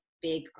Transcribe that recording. big